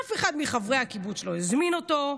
אף אחד מחברי הקיבוץ לא הזמין אותו,